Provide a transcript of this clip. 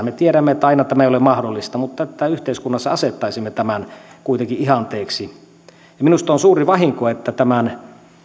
me tiedämme että aina tämä ei ole mahdollista mutta että yhteiskunnassa asettaisimme tämän kuitenkin ihanteeksi ja minusta on suuri vahinko että tämän